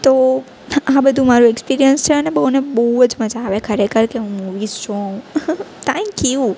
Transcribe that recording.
તો આ બધું મારું એક્સપિરિયન્સ છે અને બહુ અને બહુ જ મજા આવે ખરેખર કે હું મુવીઝ જોઉં થેંક્યુ